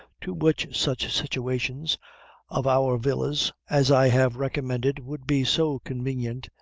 to which such situations of our villas as i have recommended would be so convenient,